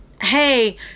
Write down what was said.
hey